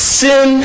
sin